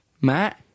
Matt